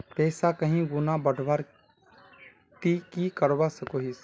पैसा कहीं गुणा बढ़वार ती की करवा सकोहिस?